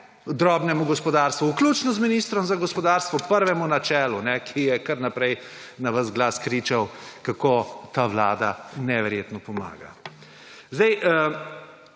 drobnemu gospodarstvu vključno z ministrom za gospodarstvo, prvemu na čelu, ki je kar naprej na ves glas kričal kako ta Vlada neverjetno pomaga. Zdaj,